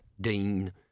Dean